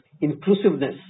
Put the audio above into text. inclusiveness